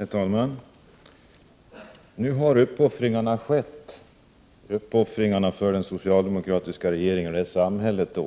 Herr talman! Nu har uppoffringarna skett — uppoffringarna för den socialdemokratiska regeringen och för samhället.